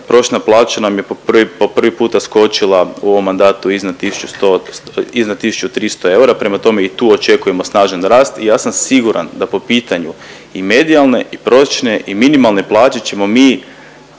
prosječna plaća nam je po prvi puta skočila po mandatu iznad 1100, iznad 1300 eura, prema tome i tu očekujemo snažan rast i ja sam siguran da po pitanju i medijalne i prosječne i minimalne plaće ćemo mi